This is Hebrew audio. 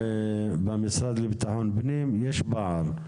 במשרד לביטחון פנים יש פער.